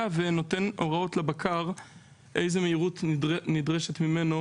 ונותן הוראות לבקר איזו מהירות נדרשת ממנו,